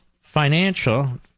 financial